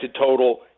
total